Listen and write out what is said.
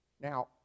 Now